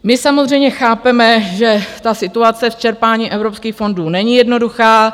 My samozřejmě chápeme, že ta situace v čerpání evropských fondů není jednoduchá.